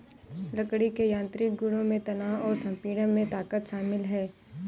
लकड़ी के यांत्रिक गुणों में तनाव और संपीड़न में ताकत शामिल है